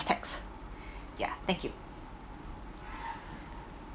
text ya thank you